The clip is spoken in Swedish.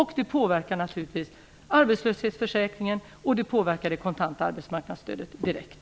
Det påverkar naturligtvis också direkt arbetslöshetsförsäkringen och det kontanta arbetsmarknadsstödet.